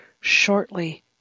shortly